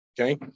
okay